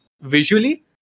visually